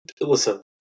Listen